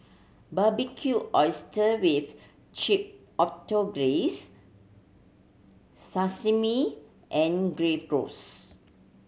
Barbecued Oyster with Chipotle Glaze Sashimi and Gyros